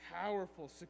powerful